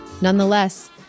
Nonetheless